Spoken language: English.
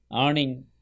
earning